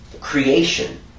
creation